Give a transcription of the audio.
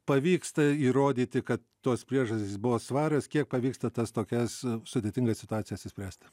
pavyksta įrodyti kad tos priežastys buvo svarios kiek pavyksta tas tokias sudėtingas situacijas išspręsti